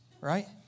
right